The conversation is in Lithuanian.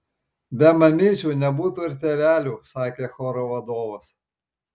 be mamyčių nebūtų ir tėvelių sakė choro vadovas